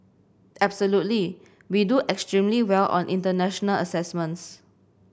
absolutely we do extremely well on international assessments